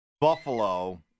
Buffalo